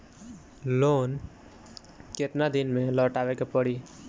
Loan केतना दिन में लौटावे के पड़ी?